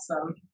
awesome